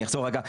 אני אחזור רגע,